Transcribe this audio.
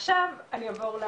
עכשיו אני אעבור,